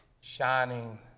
shining